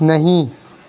نہیں